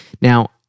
Now